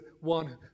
one